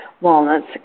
Walnuts